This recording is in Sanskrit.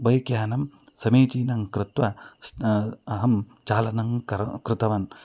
बैक् यानं समीचीनं कृत्वा स्न् अहं चालनं करोमि कृतवान्